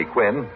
Quinn